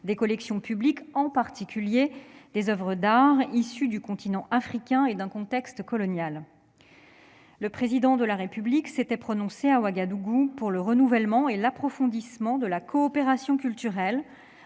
des collections publiques, en particulier des oeuvres d'art issues du continent africain et d'un contexte colonial. Le Président de la République s'était prononcé, à Ouagadougou, en faveur du renouvellement et de l'approfondissement de la coopération culturelle